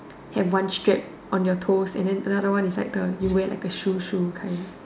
have one strap on your toes and then the other one is like the you wear like the shoe shoe kind